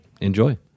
enjoy